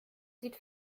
sieht